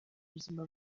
buzima